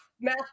math